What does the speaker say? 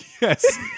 Yes